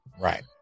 Right